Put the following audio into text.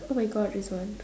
oh my god this one